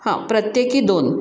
हां प्रत्येकी दोन